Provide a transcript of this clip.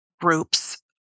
groups